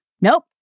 Nope